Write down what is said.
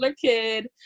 kid